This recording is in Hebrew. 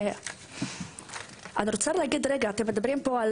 אתם מדברים פה על